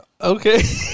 Okay